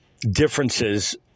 differences